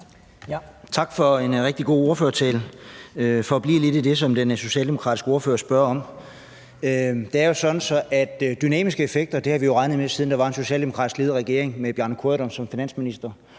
Tak for en rigtig god ordførertale. For at blive lidt i det, som den socialdemokratiske ordfører spørger om, er det jo sådan, at vi har regnet med dynamiske effekter, siden der var en socialdemokratisk ledet regering med Bjarne Corydon som finansminister: